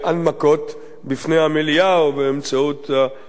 בפני המליאה, או באמצעות כלי התקשורת,